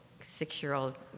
six-year-old